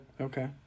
Okay